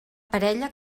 parella